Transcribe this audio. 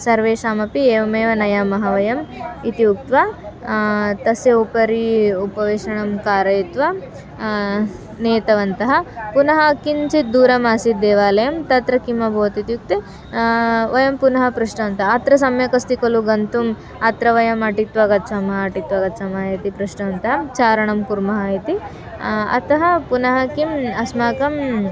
सर्वेषामपि एवमेव नयामः वयम् इति उक्त्वा तस्य उपरि उपवेशनं कारयित्वा नीतवन्तः पुनः किञ्चित् दूरमासीत् देवालयं तत्र किम् अभवत् इत्युक्ते वयं पुनः पृष्टवन्तः अत्र सम्यक् अस्ति खलु गन्तुम् अत्र वयम् अटित्वा गच्छामः अटित्वा गच्छामः इति पृष्टवन्तः चारणं कुर्मः इति अतः पुनः किम् अस्माकम्